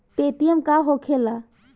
Paytm का होखेला?